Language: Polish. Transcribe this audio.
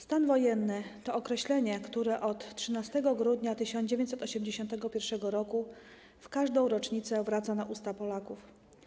Stan wojenny to określenie, które od 13 grudnia 1981 r. w każdą rocznicę wraca na usta Polaków.